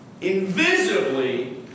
invisibly